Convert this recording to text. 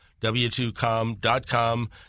W2COM.com